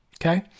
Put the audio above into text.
Okay